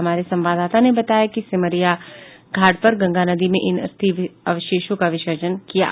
हमारे संवाददाता ने बताया कि सिमरिया घाट पर गंगा नदी में इन अस्थि अवशेषों का विसर्जन किया गया